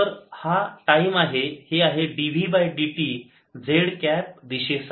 तर हा टाइम आहे हे आहे dv by dt z cap दिशेसाठी